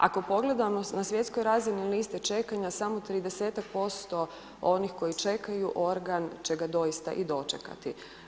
Ako pogledamo na svjetskoj razini liste čekanja samo 30% onih koji čekaju organ, će ga doista i dočekati.